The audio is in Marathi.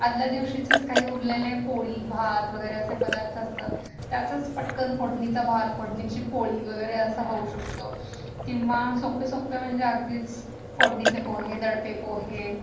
आदल्या दिवशीचेच काही उरलेले पोळी भात वगैरे असे पदार्थ असतात त्याचंच पटकन फोडणीचा भात फोडणीची पोळी वगैरे असं होऊ शकतो किंवा सोप्पे सोप्पे म्हणजे अगदीच फोडणीचे पोहे दडपे पोहे